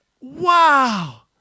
wow